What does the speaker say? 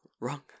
Wrong